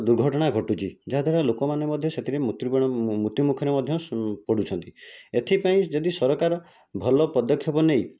ଦୁର୍ଘଟଣା ଘଟୁଛି ଯାହାଦ୍ୱାରା ଲୋକମାନେ ମଧ୍ୟ ସେଥିରେ ମୃତ୍ୟୁବରଣ ମୃତ୍ୟୁ ମୁଖରେ ମଧ୍ୟ ପଡ଼ୁଛନ୍ତି ଏଥିପାଇଁ ଯଦି ସରକାର ଭଲ ପଦକ୍ଷେପ ନେଇ